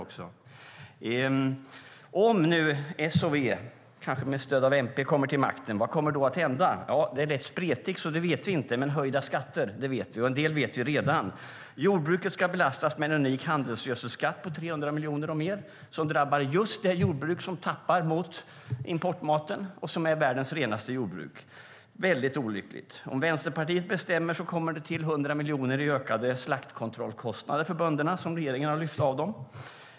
Om nu S och V, kanske med stöd av MP, kommer till makten, vad kommer att hända? Det lät spretigt, så vi vet inte, men höjda skatter blir det. En del vet vi redan. Jordbruket ska belastas med en unik handelsgödselskatt på 300 miljoner och mer. Den drabbar just det jordbruk som tappar mot importmaten, nämligen världens renaste jordbruk. Det är mycket olyckligt. Om Vänsterpartiet får bestämma tillkommer 100 miljoner i ökade slaktkontrollkostnader för bönderna, som regeringen har lyft av dem.